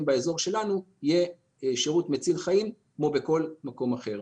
באזור שלנו יהיה שירות מציל חיים כמו בכל מקום אחר.